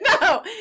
no